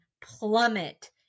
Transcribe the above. plummet